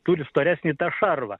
turi storesnį šarvą